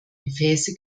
gefäße